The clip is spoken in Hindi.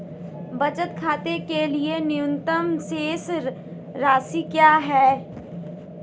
बचत खाते के लिए न्यूनतम शेष राशि क्या है?